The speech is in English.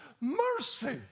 mercy